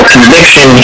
conviction